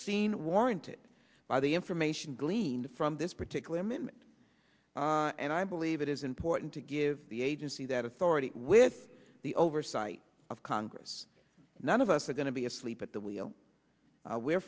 seen warranted by the information gleaned from this particular image and i believe it is important to give the agency that authority with the oversight of congress none of us are going to be asleep at the wheel